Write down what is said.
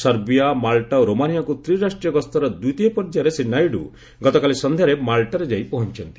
Serbia Malta ଓ ରୋମାନିଆକୁ ତ୍ରିରାଷ୍ଟ୍ରୀୟ ଗସ୍ତର ଦ୍ୱିତୀୟ ପର୍ଯ୍ୟାୟରେ ଶ୍ରୀ ନାଇଡ଼ୁ ଗତକାଲି ସନ୍ଧ୍ୟାରେ ମାଲ୍ଟାରେ ଯାଇ ପହଞ୍ଚିଚ୍ଚନ୍ତି